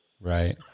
Right